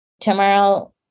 tomorrow